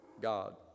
God